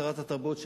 שרת התרבות,